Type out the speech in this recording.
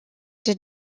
did